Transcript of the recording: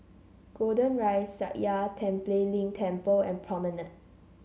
Golden Rise Sakya Tenphel Ling Temple and Promenade